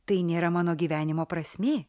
tai nėra mano gyvenimo prasmė